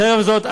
חרף זאת,